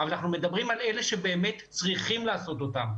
אבל אנחנו מדברים על אלה שבאמת צריכים לעשות אותה,